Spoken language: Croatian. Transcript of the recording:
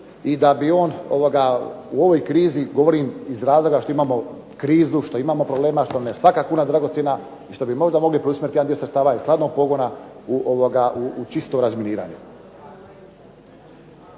i da bi on u ovoj krizi govorim iz razloga što imamo krizu, što imamo problema, što nam je svaka kuna dragocjena i što bi mogli preusmjeriti jedan ... u čistom razminiranju.